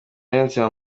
niyonzima